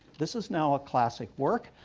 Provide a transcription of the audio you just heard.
this is now a classic work,